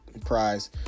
Prize